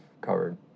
covered